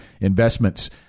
investments